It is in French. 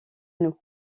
nous